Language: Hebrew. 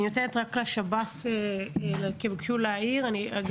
יש דיון על השב"ס בשבוע הבא.